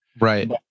Right